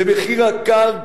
ומחיר הקרקע,